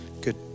Good